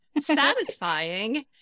satisfying